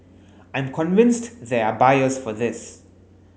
I'm convinced there are buyers for this